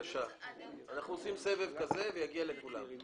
אנחנו עושים סבב וזה יגיע לכולם.